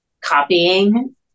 copying